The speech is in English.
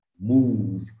move